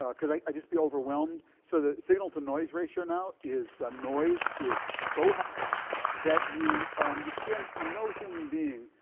ah because i'd just be overwhelmed. so the signal-to-noise ratio now is the noise is so high that you um you can't no human being,